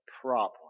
problem